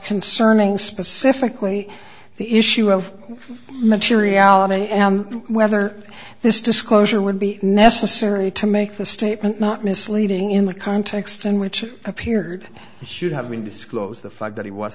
concerning specifically the issue of materiality and whether this disclosure would be necessary to make the statement not misleading in the context in which it appeared should have been disclosed the fact that